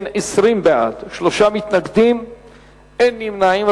19 בעד, שלושה מתנגדים ואין נמנעים.